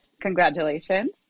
Congratulations